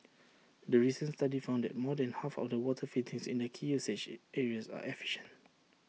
the recent study found that more than half of the water fittings in the key usage areas are efficient